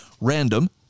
random